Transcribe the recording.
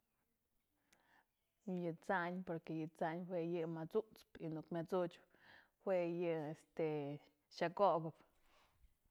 Yë t'sandyë porque yë t'sandyë jue porque ye'e më sut'spë y në ko'o myë t'sudyë, jue este yë yak okëp.